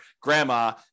grandma